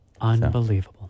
Unbelievable